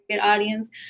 audience